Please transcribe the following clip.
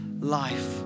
Life